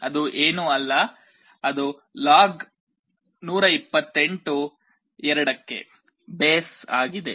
ಅದು ಏನೂ ಅಲ್ಲ ಆದರೆ ಲಾಗ್2 128